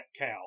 cow